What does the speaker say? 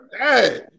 Hey